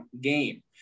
game